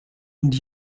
und